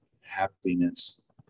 happiness